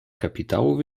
kapitałów